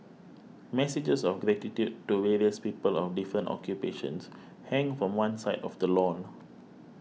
messages of gratitude to various people of different occupations hang from one side of the lawn